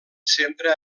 sempre